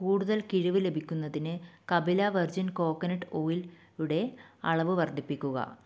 കൂടുതൽ കിഴിവ് ലഭിക്കുന്നതിന് കപില വെർജിൻ കോക്കനട്ട് ഓയിലുടെ അളവ് വർദ്ധിപ്പിക്കുക